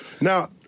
Now